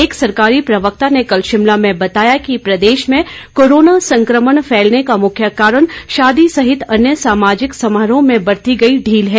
एक सरकारी प्रवक्ता ने कल शिमला में बताया कि प्रदेश में कोरोना संकमण फैलने का मुख्य कारण शादी सहित अन्य सामाजिक समारोहों में बरती गई ढील है